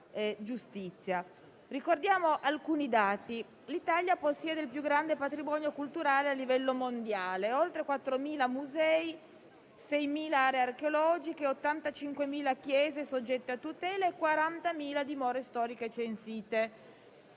Ricordiamo alcuni dati: l'Italia possiede il più grande patrimonio culturale a livello mondiale con oltre 4.000 musei, 6.000 aree archeologiche, 85.000 chiese soggette a tutela e 40.000 dimore storiche censite;